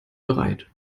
bereit